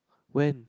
when